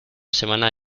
semana